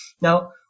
now